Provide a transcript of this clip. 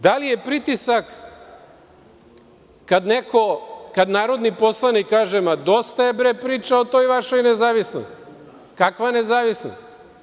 Da li je pritisak kad narodni poslanik kaže – ma, dosta je, bre, priča o toj vašoj nezavisnosti, kakva nezavisnost?